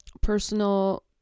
personal